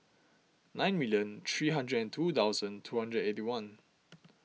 nine million three hundred and two thousand two hundred eight one